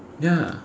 ya